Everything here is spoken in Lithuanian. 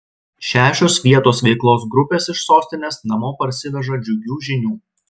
šešios vietos veiklos grupės iš sostinės namo parsiveža džiugių žinių